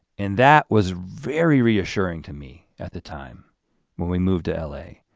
and that was very reassuring to me at the time when we moved to l a.